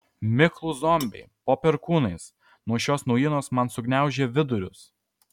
miklūs zombiai po perkūnais nuo šios naujienos man sugniaužė vidurius